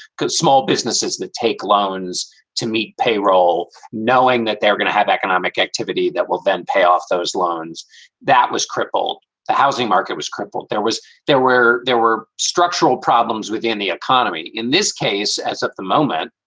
because small businesses that take loans to meet payroll, knowing that they were going to have economic activity that will then pay off those loans that was crippled the housing market was crippled. there was there were there were structural problems within the economy. in this case, as at the moment,